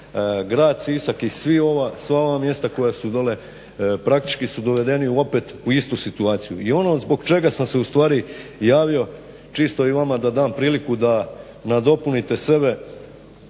grad Sisak i sva ova mjesta koja su dole praktički su dovedeni opet u istu situaciju. I ono zbog čega sam se ustvari javio čisto i vama da dam priliku da nadopunite sve